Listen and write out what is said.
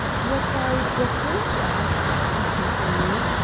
what i dropped in to ask, he continued,